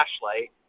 flashlight